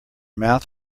mouth